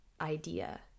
idea